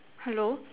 hello